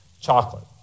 chocolate